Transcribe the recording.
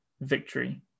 victory